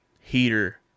Heater